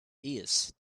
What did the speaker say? east